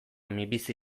minbizi